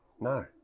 No